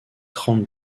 trente